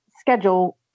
schedule